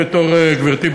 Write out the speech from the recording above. גברתי,